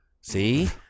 see